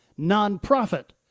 non-profit